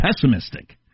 pessimistic